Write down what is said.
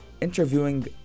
interviewing